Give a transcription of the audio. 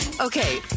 okay